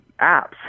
apps